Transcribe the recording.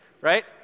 right